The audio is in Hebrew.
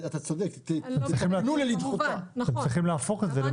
אתם צריכים להפוך את זה.